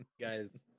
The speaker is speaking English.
Guys